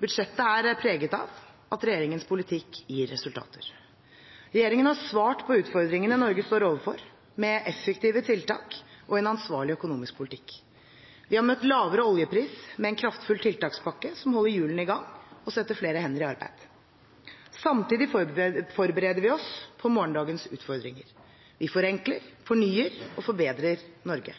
Budsjettet er preget av at regjeringens politikk gir resultater. Regjeringen har svart på utfordringene Norge står overfor, med effektive tiltak og en ansvarlig økonomisk politikk. Vi har møtt lavere oljepris med en kraftfull tiltakspakke som holder hjulene i gang og setter flere hender i arbeid. Samtidig forbereder vi oss på morgendagens utfordringer: Vi forenkler, fornyer og forbedrer Norge.